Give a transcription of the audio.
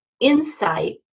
insight